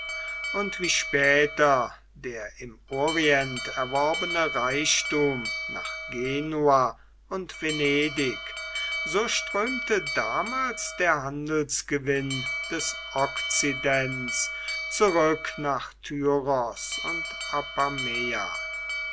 und wie später der im orient erworbene reichtum nach genua und venedig so strömte damals der handelsgewinn des okzidents zurück nach tyros und